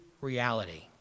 reality